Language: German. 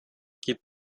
gib